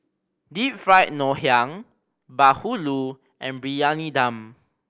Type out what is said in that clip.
Deep Fried Ngoh Hiang bahulu and Briyani Dum